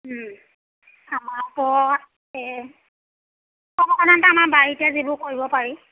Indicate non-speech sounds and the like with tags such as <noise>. আমাৰ আকৌ এই <unintelligible> বাৰীতে যিবোৰ কৰিব পাৰি